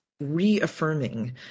reaffirming